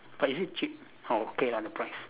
but is it cheap oh okay ah the price